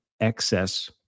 excess